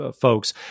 folks